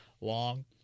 long